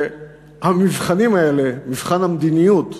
שהמבחנים האלה, מבחן המדיניות,